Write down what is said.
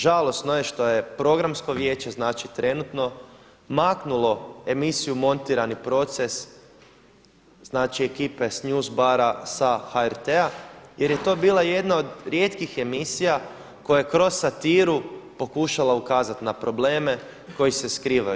Žalosno je što je programsko vijeće znači trenutno maknulo emisiju Montirani proces, znači ekipe sa news bara sa HRT-a jer je to bila jedna od rijetkih emisija koja je kroz satiru pokušala ukazati na probleme koji se skrivaju.